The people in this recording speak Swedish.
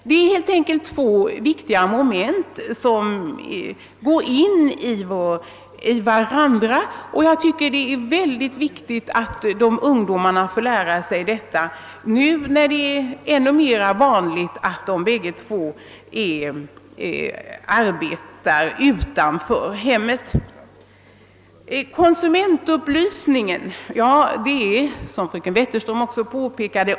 Det är helt enkelt två viktiga moment som går in i varandra, och särskilt betydelsefullt är att ungdomarna får lära sig dessa ting nu då det blivit så vanligt att båda makarna arbetar utanför hemmet. Konsumentupplysningen är, som fröken Wetterström påpekade, synnerligen viktig.